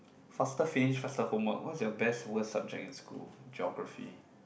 faster finish faster homework what's your best worst subject in school Geography